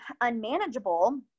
unmanageable